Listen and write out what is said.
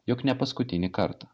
jog ne paskutinį kartą